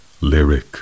Lyric